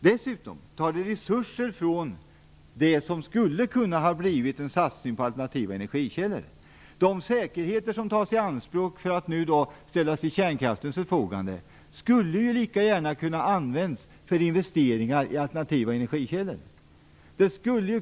Dessutom tar det resurser från det som skulle kunna ha blivit en satsning på alternativa energikällor. De säkerheter som nu tas i anspråk för att ställas till kärnkraftens förfogande skulle lika gärna kunnat använts för investeringar i alternativa energikällor.